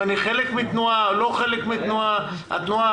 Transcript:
אם אני חלק מתנועה או לא חלק מהתנועה הזאת,